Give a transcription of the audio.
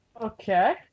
Okay